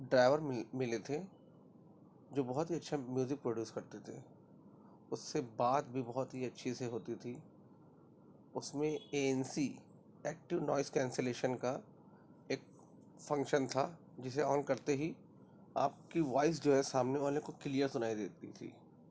driver ملے تھے جو بہت ہی اچھا میوزک پروڈیوس کرتے تھے اس سے بات بھی بہت ہی اچھی سے ہوتی تھی اس میں A N C active noise cancellation کا ایک فنکشن تھا جسے آن کرتے ہی آپ کی وائس جو ہے سامنے والے کو کلیئر سنائی دیتی تھی